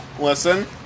listen